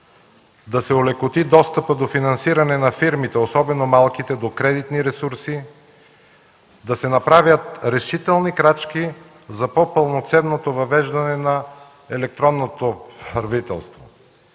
да се олекоти достъпът до финансиране на фирмите, особено малките, до кредитни ресурси, да се направят решителни крачки за по-пълноценното въвеждане на електронното правителство.